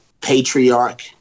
patriarch